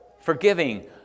forgiving